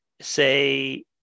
say